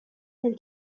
nel